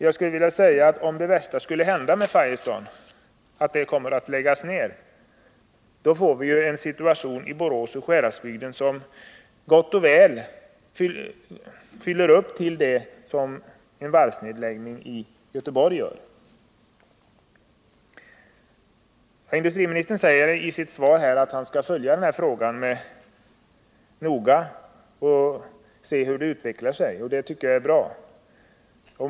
Jag skulle vilja säga att om det värsta skulle hända med Firestone — att företaget kommer att läggas ner — får vi en situation i Borås och Sjuhäradsbygden som gott och väl svarar mot en varvsnedläggning i Göteborg. Industriministern säger i sitt svar att han skall följa frågan noga och se hur den utvecklar sig. Det tycker jag är bra.